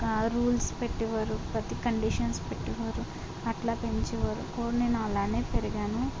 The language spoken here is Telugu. ఇక రూల్స్ పెట్టేవారు ప్రతీ కండిషన్స్ పెట్టేవారు అట్లా పెంచేవారు సో నేను అలానే పెరిగాను